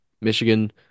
Michigan